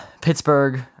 Pittsburgh